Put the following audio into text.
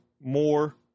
more